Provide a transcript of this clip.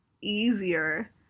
easier